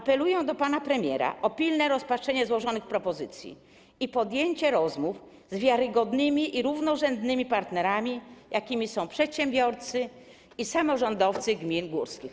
Apeluję do pana premiera o pilne rozpatrzenie złożonych propozycji i podjęcie rozmów z wiarygodnymi i równorzędnymi partnerami, jakimi są przedsiębiorcy i samorządowcy gmin górskich.